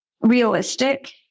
realistic